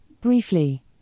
briefly